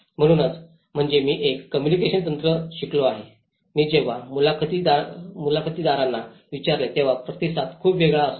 म्हणून म्हणजे मी एक कोम्मुनिकेशन तंत्र शिकलो आहे मी जेव्हा मुलाखतदारांना विचारले तेव्हा प्रतिसाद खूपच वेगळा असतो